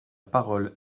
parole